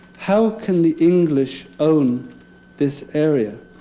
how can the english own this area?